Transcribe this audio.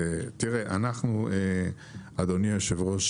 אדוני היושב-ראש,